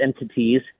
entities